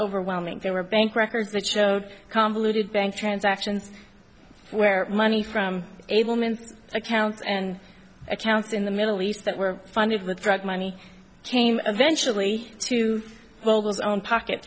overwhelming there were bank records that showed convoluted bank transactions where money from ableman accounts and accounts in the middle east that were funded with drug money came eventually to well was own pocket